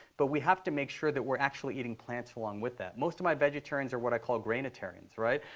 but we have to make sure that we're we're actually eating plants along with that. most of my vegetarians are what i call grainatarians, right?